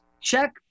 check